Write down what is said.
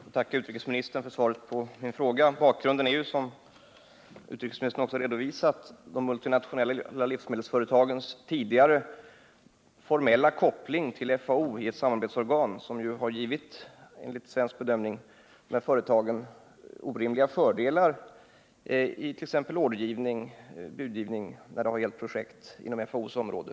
Herr talman! Jag tackar utrikesministern för svaret på min fråga. Bakgrunden till frågan är, som utrikesministern också redovisat, de multinationella livsmedelsföretagens tidigare formella koppling till FAO genom ett samarbetsorgan, som enligt svensk bedömning givit de här företagen orimliga fördelar vid anbudsgivning när det gällt projekt inom FAO:s område.